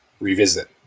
revisit